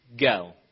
go